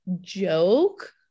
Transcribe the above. joke